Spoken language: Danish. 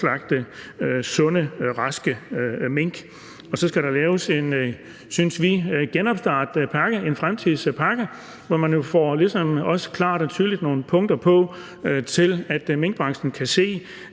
at slagte sunde, raske mink. Og så skal der, synes vi, laves en genopstartspakke, en fremtidspakke, hvor man klart og tydeligt får nogle punkter på, så minkbranchen kan se,